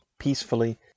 peacefully